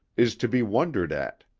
is to be wondered at.